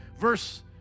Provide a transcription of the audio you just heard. Verse